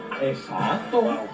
Exacto